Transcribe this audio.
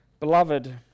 Beloved